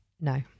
no